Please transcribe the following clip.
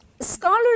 Scholars